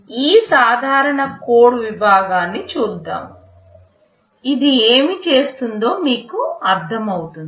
ఈ సాధారణ కోడ్ విభాగాన్ని చూద్దాం ఇది ఏమి చేస్తుందో మీకు అర్థం అవుతుంది